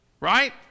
Right